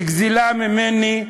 נגזלה ממני,